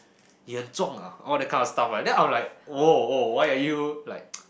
你很壮 ah all that kind of stuff right then I'm like !woah! !woah! why are you like